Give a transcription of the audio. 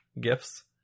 gifts